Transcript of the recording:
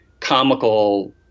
comical